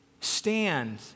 Stand